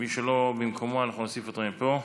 אם מישהו לא במקומו, אנחנו נוסיף אותו מפה.